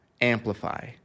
amplify